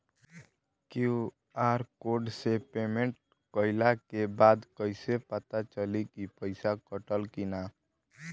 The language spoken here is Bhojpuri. क्यू.आर कोड से पेमेंट कईला के बाद कईसे पता चली की पैसा कटल की ना?